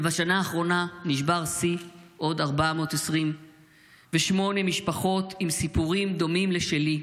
בשנה האחרונה נשבר שיא: עוד 428 משפחות עם סיפורים דומים לשלי,